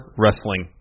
wrestling